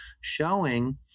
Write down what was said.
showing